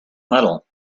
metal